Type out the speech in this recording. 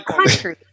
country